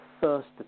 first